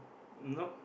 nope